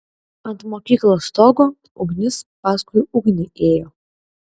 ant mokyklos stogo ugnis paskui ugnį ėjo